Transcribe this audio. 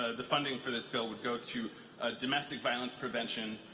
the funding for this bill, would go to domestic violence prevention,